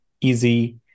easy